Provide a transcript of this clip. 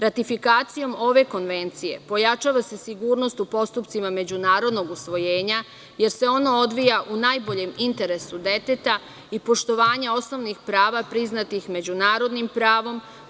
Ratifikacijom ove konvencije pojačava se sigurnost u postupcima međunarodnog usvojenja, jer se ono odvija u najboljem interesu deteta i poštovanja osnovnih prava priznatih međunarodnim pravom.